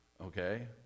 okay